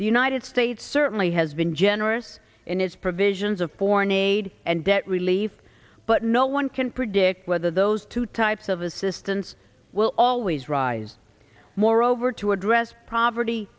the united states certainly has been generous in its provisions of foreign aid and debt relief but no one can predict whether those two types of assistance will always rise moreover to address property